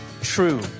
true